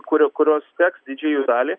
kurio kurios teks didžiai jų daliai